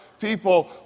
people